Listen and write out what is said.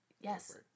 Yes